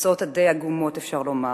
התוצאות הדי-עגומות, אפשר לומר.